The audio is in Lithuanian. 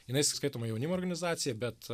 jinai skaitoma jaunimo organizacija bet